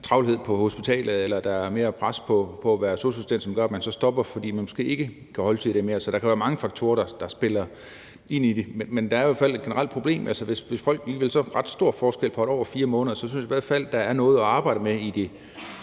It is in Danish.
travlhed på hospitalet, eller at der er mere pres på det at være sosu-assistent, som gør, at man så stopper, fordi man måske ikke kan holde til det mere. Så der kan jo være mange faktorer, der spiller ind i det. Men der er jo i hvert fald et generelt problem, og når der alligevel er en ret stor forskel på 1 år og 4 måneder, synes jeg i hvert fald, der er noget at arbejde med i de